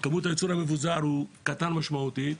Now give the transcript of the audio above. כמות הייצור המבוזר הוא קטן משמעותית,